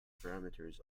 parameters